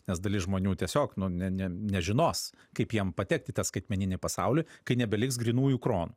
nes dalis žmonių tiesiog nu ne ne nežinos kaip jiem patekt į tą skaitmeninį pasaulį kai nebeliks grynųjų kronų